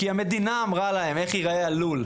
כי המדינה אמרה להם איך ייראה הלול,